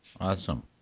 awesome